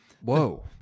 Whoa